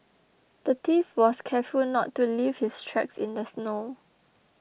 the thief was careful not to leave his tracks in the snow